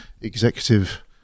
Executive